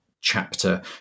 chapter